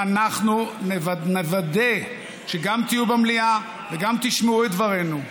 ואנחנו נוודא שגם תהיו במליאה וגם תשמעו את דברינו.